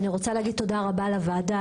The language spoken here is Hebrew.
אני רוצה להגיד תודה רבה לוועדה,